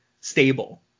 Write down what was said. stable